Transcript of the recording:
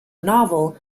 novel